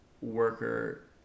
worker